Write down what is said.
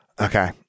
Okay